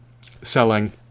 selling